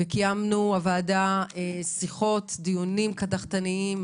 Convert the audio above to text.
הוועדה קיימה שיחות ודיונים קדחתניים,